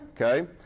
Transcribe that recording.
Okay